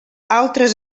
altres